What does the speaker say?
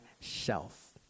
self